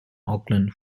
auckland